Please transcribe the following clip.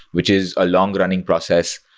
which is a long-running process,